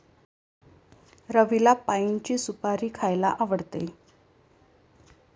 रवीला पाइनची सुपारी खायला आवडते